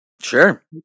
Sure